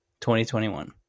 2021